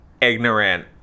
ignorant